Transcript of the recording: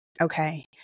okay